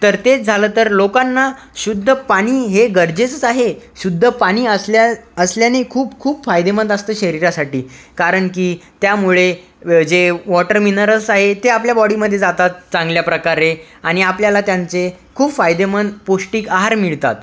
तर तेच झालं तर लोकांना शुद्ध पाणी हे गरजेचंच आहे शुद्ध पाणी असल्या असल्याने खूप खूप फायदेमंद असतं शरीरासाठी कारण की त्यामुळे जे वॉटर मिनरल्स आहे ते आपल्या बॉडीमध्ये जातात चांगल्या प्रकारे आणि आपल्याला त्यांचे खूप फायदेमंद पौष्टिक आहार मिळतात